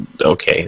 okay